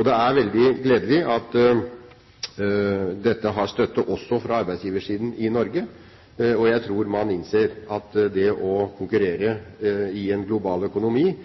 Det er veldig gledelig at dette har støtte også fra arbeidsgiversiden i Norge. Jeg tror man innser at det å konkurrere i en global økonomi